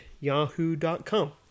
yahoo.com